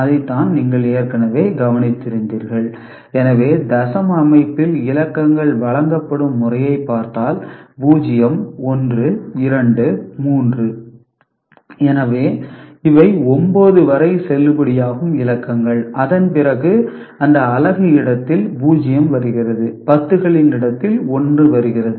அதைத்தான் நீங்கள் ஏற்கனவே கவனித்திருக்கிறீர்கள் எனவே தசம அமைப்பில் இலக்கங்கள் வழங்கப்படும் முறையைப் பார்த்தால் 0 1 2 3 எனவே இவை 9 வரை செல்லுபடியாகும் இலக்கங்கள் அதன் பிறகு இந்த அலகு இடத்தில் 0 வருகிறது 10 களின் இடத்தில் 1 வருகிறது